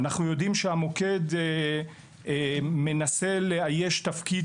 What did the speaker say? אנחנו יודעים שהמוקד מנסה לאייש תפקיד